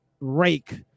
rake